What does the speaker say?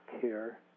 care